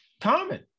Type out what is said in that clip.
common